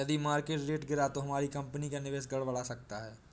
यदि market rate गिरा तो हमारी कंपनी का निवेश गड़बड़ा सकता है